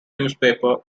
newspaper